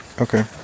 okay